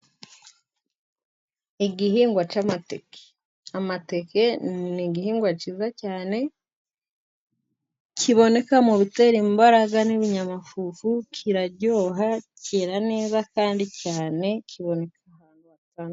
Igihingwa cy'amateke, amateke ni igihingwa cyiza cyane kiboneka mu bitera imbaraga n'ibinyamafuvu. Kiraryoha, kera neza kandi cyane kiboneka ahantu hatandukanye.